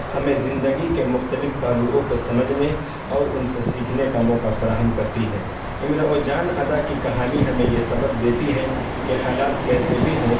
ہمیں زندگی کے مختلف پہلؤوں کو سمجھنے اور ان سے سیکھنے کا موقع فراہم کرتی ہے امراؤ جان ادا کی کہانی ہمیں یہ سبق دیتی ہے کہ حالات کیسے بھی ہوں